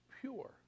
pure